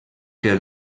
que